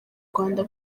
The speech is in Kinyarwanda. rwanda